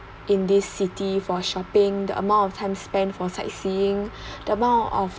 in this city for shopping the amount of time spend for sightseeing the amount of